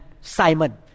Simon